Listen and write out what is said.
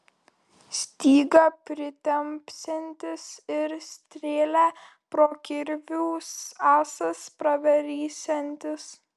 stygą pritempsiantis ir strėlę pro kirvių ąsas pravarysiantis